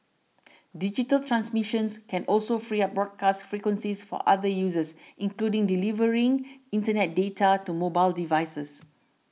digital transmissions can also free up broadcast frequencies for other uses including delivering Internet data to mobile devices